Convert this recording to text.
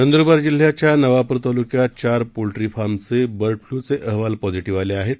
नंदुरबारजिल्ह्याच्यानवापुरतालुक्यातचारपोल्ट्रीफार्मचेबर्डफ्ल्यूचेअहवालपॉझीटीव्हआलेआहेत